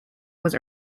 was